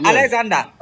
Alexander